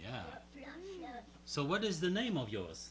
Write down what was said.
yeah so what is the name of yours